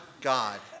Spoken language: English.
God